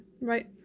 Right